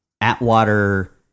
Atwater